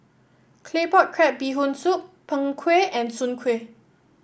Claypot Crab Bee Hoon Soup Png Kueh and Soon Kuih